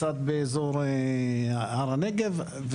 קצת באזור הר הנגב.